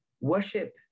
Worship